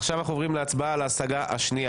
עכשיו אנחנו עוברים להצבעה על ההשגה השנייה.